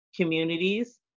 communities